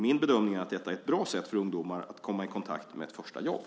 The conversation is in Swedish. Min bedömning är att detta är ett bra sätt för ungdomar att komma i kontakt med ett första jobb.